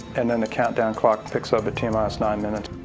and then the countdown clock picks up at t ah nine minutes.